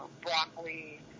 broccoli